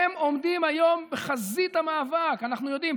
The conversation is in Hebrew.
הם עומדים היום בחזית המאבק, אנחנו יודעים.